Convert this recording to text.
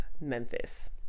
memphis